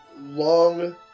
long